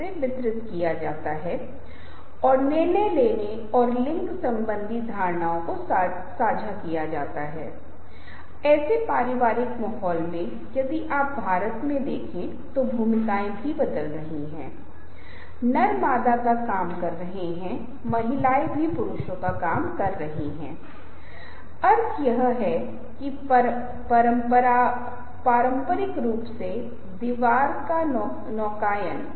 इसलिए अगर अगली बार आप बोल रहे हैं किसी को अपने उत्पाद को खरीदने के लिए मनाने की कोशिश कर रहे हैं किसी को आपको लेने के लिए मना रहे हैं तो आपके पास एक दो पक्षीय संदेश है लेकिन इसके अंत में संदेश का आपका पक्ष जो आप समर्थन करने की कोशिश कर रहे हैं वह अधिक मजबूत होना चाहिए और स्वचालित रूप से किसी तरह के निष्कर्ष पर पहुंचना चाहिए सम्मोहक होना चाहिए